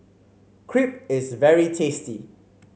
crepe is very tasty